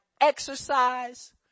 exercise